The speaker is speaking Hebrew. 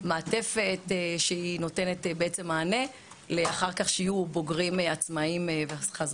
מעטפת שהיא נותנת בעצם מענה לאחר כך שיהיו בוגרים עצמאיים וחזרה.